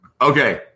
okay